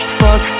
fuck